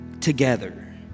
together